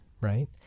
right